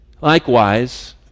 Likewise